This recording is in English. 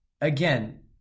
again